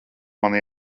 man